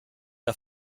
der